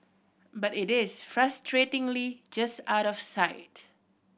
but it is frustratingly just out of sight